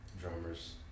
drummers